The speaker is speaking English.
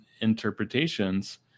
interpretations